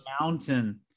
Mountain